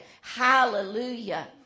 Hallelujah